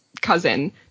cousin